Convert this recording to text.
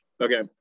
Okay